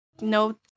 no